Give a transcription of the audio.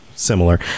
Similar